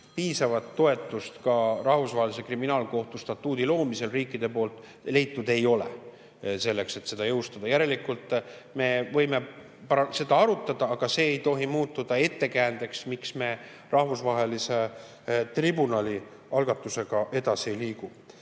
piisavat toetust ka Rahvusvahelise Kriminaalkohtu statuudi loomise puhul riikide poolt leitud ei ole, selleks et seda jõustada. Järelikult me võime seda arutada, aga see ei tohi muutuda ettekäändeks, miks me rahvusvahelise tribunali algatusega edasi ei liigu.